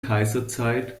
kaiserzeit